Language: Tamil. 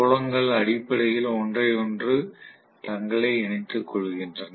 புலங்கள் அடிப்படையில் ஒன்றையொன்று தங்களை இணைத்துக் கொள்கின்றன